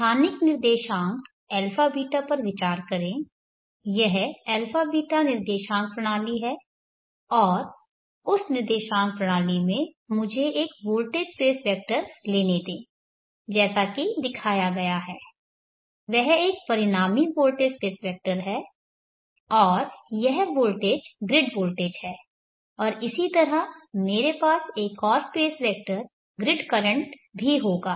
स्थानिक निर्देशांक αβ पर विचार करें यह αβ निर्देशांक प्रणाली है और उस निर्देशांक प्रणाली में मुझे एक वोल्टेज स्पेस वेक्टर लेने दे जैसा कि दिखाया गया है वह एक परिणामी वोल्टेज स्पेस वेक्टर है और यह वोल्टेज ग्रिड वोल्टेज है और इसी तरह मेरे पास एक और स्पेस वेक्टर ग्रिड करंट भी होगा